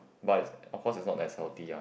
but of course is not as healthy ah